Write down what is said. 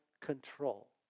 control